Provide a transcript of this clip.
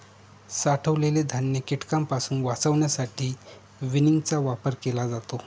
साठवलेले धान्य कीटकांपासून वाचवण्यासाठी विनिंगचा वापर केला जातो